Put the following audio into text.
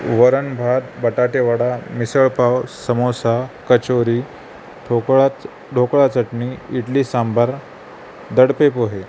वरण भात बटाटे वडा मिसळ पाव समोसा कचोरी ढोकळा ढोकळा चटणी इडली सांबार दडपे पोहे